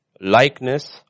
likeness